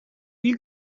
you